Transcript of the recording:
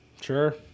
Sure